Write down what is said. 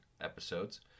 episodes